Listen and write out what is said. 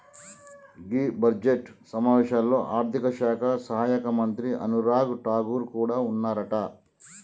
గీ budget సమావేశాల్లో ఆర్థిక శాఖ సహాయక మంత్రి అనురాగ్ ఠాగూర్ కూడా ఉన్నారట